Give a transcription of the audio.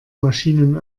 maschinen